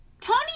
Tony